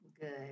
Good